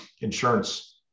insurance